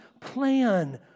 plan